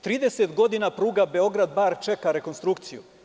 Trideset godina pruga Beograd-Bar čeka rekonstrukciju.